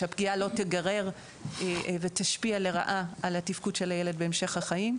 שהפגיעה לא תיגרר ותשפיע לרעה על התפקוד של הילד בהמשך החיים,